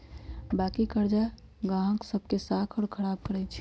बाँकी करजा गाहक सभ के साख को खराब करइ छै